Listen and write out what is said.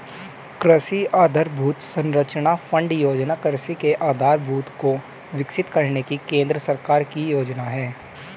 कृषि आधरभूत संरचना फण्ड योजना कृषि के आधारभूत को विकसित करने की केंद्र सरकार की योजना है